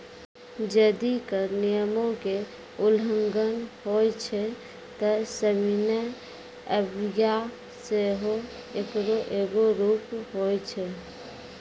जदि कर नियमो के उल्लंघन होय छै त सविनय अवज्ञा सेहो एकरो एगो रूप होय छै